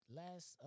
last